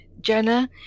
jenna